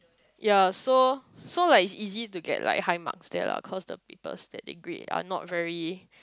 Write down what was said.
ya so so like easy to get like high marks there lah cause the papers that they grade are not very